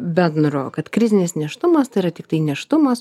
bendro kad krizinis nėštumas tai yra tiktai nėštumas